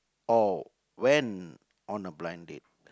oh went on a blind date